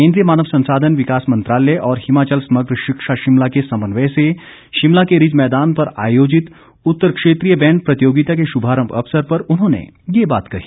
केंद्रीय मानव संसाधन विकास मंत्रालय और हिमाचल समग्र शिक्षा शिमला के समन्वय से शिमला के रिज मैदान पर आयोजित उत्तर क्षेत्रीय बैंड प्रतियोगिता के शुभारम्भ अवसर पर उन्होंने ये बात कही